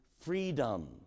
freedom